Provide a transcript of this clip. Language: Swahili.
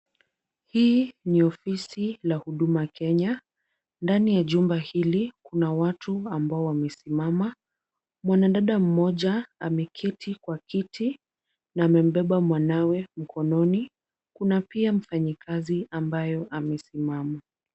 Hii ni ofisi la Huduma Kenya. Ndani ya jumba hili kuna watu ambao wamesimama. Mwanadada mmoja ameketi kwa kiti na amembeba mwanawe mkononi. Kuna pia mfanyikazi ambaye amesimama.